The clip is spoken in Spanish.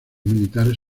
militares